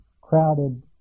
crowded